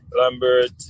Lambert